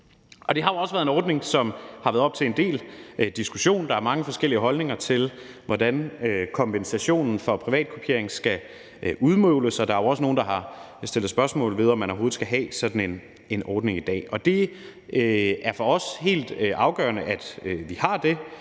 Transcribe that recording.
Det har jo også været en ordning, som har været en del til diskussion. Der er mange forskellige holdninger til, hvordan kompensationen for privatkopiering skal udmåles, og der er også nogle, der har stillet spørgsmål til, om man overhovedet skal have sådan en ordning i dag. Det er for os helt afgørende, at vi har det,